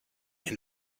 end